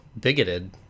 Bigoted